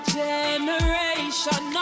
generation